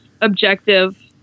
objective